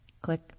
Click